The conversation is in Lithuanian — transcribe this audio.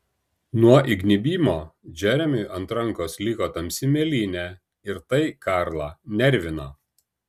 nuo įgnybimo džeremiui ant rankos liko tamsi mėlynė ir tai karlą nervino